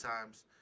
times